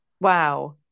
Wow